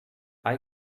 eye